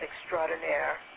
extraordinaire